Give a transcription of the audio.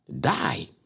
die